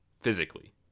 physically